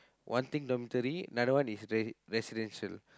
one thing dormitory another one is re~ residential